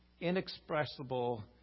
Inexpressible